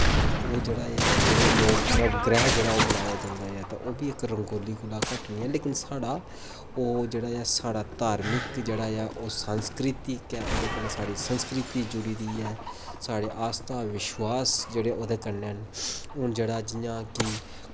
ते बनाया जंदा ऐ नवग्रह जेह्ड़ा ओह् बनाया जंदा ऐ ते ओह्बी इक्क रंगोली कोला घट्ट निं ऐ ओह्बी इक्क साढ़ा ओह् साढ़ा जेह्ड़ा ऐ ओह् साढ़ी सांस्कृतिक ऐ ओह्दे कन्नै साढ़ी संस्कृति जुड़ी दी ऐ साढ़े आस्था जेह्ड़े विश्वास न जेह्ड़े ओह्दे कन्नै न हून जेह्ड़ा जियां की